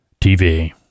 TV